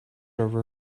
over